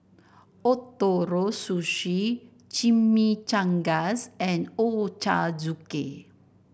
Ootoro Sushi Chimichangas and Ochazuke